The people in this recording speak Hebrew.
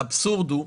האבסורד הוא,